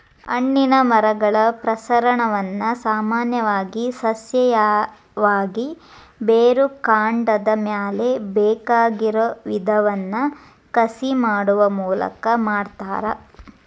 ಹಣ್ಣಿನ ಮರಗಳ ಪ್ರಸರಣವನ್ನ ಸಾಮಾನ್ಯವಾಗಿ ಸಸ್ಯೇಯವಾಗಿ, ಬೇರುಕಾಂಡದ ಮ್ಯಾಲೆ ಬೇಕಾಗಿರೋ ವಿಧವನ್ನ ಕಸಿ ಮಾಡುವ ಮೂಲಕ ಮಾಡ್ತಾರ